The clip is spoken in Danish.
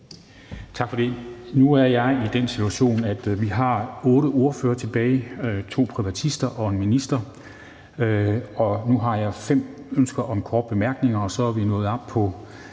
Tak for det. Nu er jeg i den situation, at vi har otte ordførere, to privatister og en minister tilbage, og jeg har nu fem ønsker om korte bemærkninger. Så er vi nået op på